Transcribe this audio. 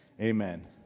amen